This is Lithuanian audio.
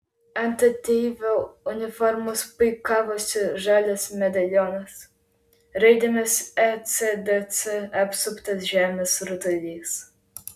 ant ateivio uniformos puikavosi žalias medalionas raidėmis ecdc apsuptas žemės rutulys